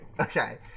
Okay